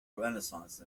renaissance